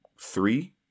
Three